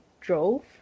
drove